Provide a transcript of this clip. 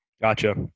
Gotcha